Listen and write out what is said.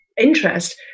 interest